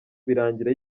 birangira